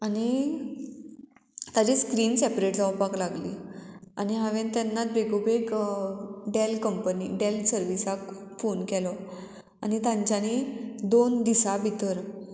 आनी ताजी screen separate जावपाक लागली आनी हांवेन तेन्नाच बेगोबेग डॅल कंपनी डॅल सर्विसाक फोन केलो आनी तांच्यांनी दोन दिसां भितर